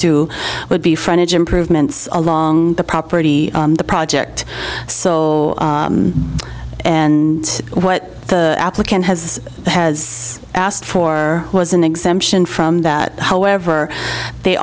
do would be frontage improvements along the property the project so and what the applicant has has asked for was an exemption from that however they